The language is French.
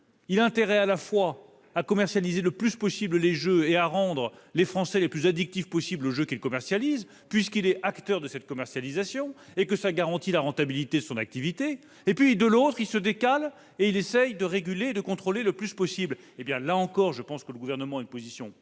Il a intérêt à la fois à commercialiser au maximum les jeux et à rendre les Français les plus addictifs possible aux jeux qu'il commercialise puisqu'il est acteur de cette commercialisation et que cela garantit la rentabilité de son activité ! Et puis, de l'autre côté, il se décale et il essaie de réguler et de contrôler le plus possible. Là encore, je pense que le Gouvernement a une position